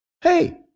hey